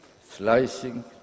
slicing